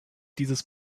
dieses